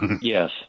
yes